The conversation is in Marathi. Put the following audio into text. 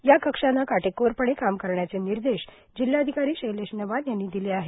या कक्षान काटेकोरपण काम करण्याचे निर्देश जिल्हाधिकारी शैलेश नवाल यांनी दिले आहेत